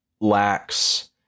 lacks